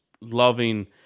loving